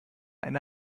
eine